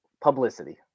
Publicity